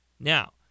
Now